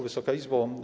Wysoka Izbo!